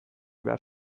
behar